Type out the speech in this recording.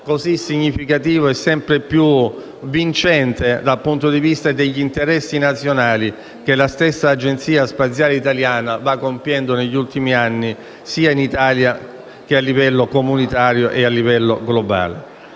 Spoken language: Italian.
sforzo significativo e sempre più vincente dal punto di vista degli interessi nazionali che la stessa Agenzia spaziale italiana va compiendo negli ultimi anni sia in Italia che a livello comunitario e globale.